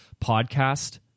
podcast